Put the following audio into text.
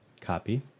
copy